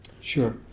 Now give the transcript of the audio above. Sure